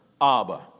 Abba